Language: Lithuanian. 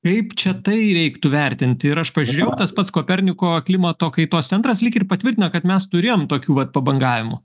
kaip čia tai reiktų vertinti ir aš pažiūrėjau tas pats koperniko klimato kaitos centras lyg ir patvirtina kad mes turėjom tokių vat pabangavimų